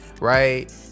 right